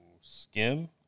Skim